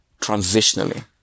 transitionally